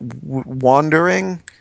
wandering